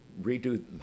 redo